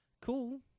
Cool